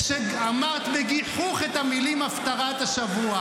שאמרת בגיחוך את המילים הפטרת השבוע.